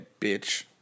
bitch